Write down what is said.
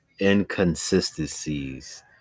inconsistencies